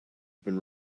been